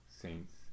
saints